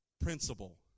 principle